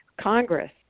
Congress